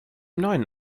neuen